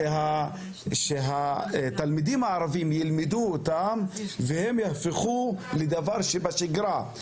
כך שהתלמידים הערביים ילמדו אותן והן יהפכו לדבר שבשגרה,